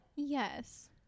yes